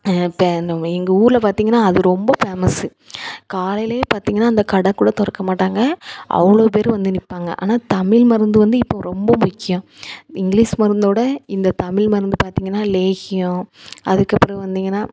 இப்போ என்ன எங்கள் ஊரில் பார்தீங்கன்னா அது ரொம்ப ஃபேமஸ்ஸு காலையிலே பார்த்தீங்கன்னா அந்த கடை கூட திறக்க மாட்டாங்க அவ்வளோ பேர் வந்து நிற்பாங்க ஆனால் தமிழ் மருந்து வந்து இப்போது ரொம்ப முக்கியம் இங்கிலீஸ் மருந்தோடய இந்த தமிழ் மருந்து பார்த்தீங்கன்னா லேகியம் அதுக்கப்புறம் வந்தீங்கன்னால்